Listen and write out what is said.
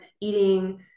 eating